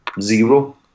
zero